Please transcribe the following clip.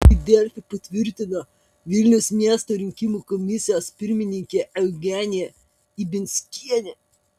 tai delfi patvirtino vilniaus miesto rinkimų komisijos pirmininkė eugenija ibianskienė